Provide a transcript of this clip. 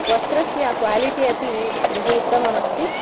वस्त्रस्य क्वालिटी अपि बहु उत्तमम् अस्ति